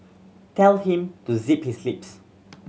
tell him to zip his lips